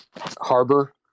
Harbor